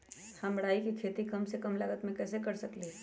हम राई के खेती कम से कम लागत में कैसे कर सकली ह?